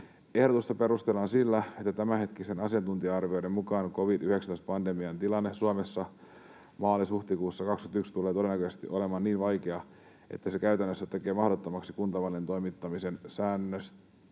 Ehdotusta perustellaan sillä, että tämänhetkisten asiantuntija-arvioiden mukaan covid-19-pandemian tilanne Suomessa maalis—huhtikuussa 21 tulee todennäköisesti olemaan niin vaikea, että se käytännössä tekee mahdottomaksi kuntavaalien toimittamisen säännösten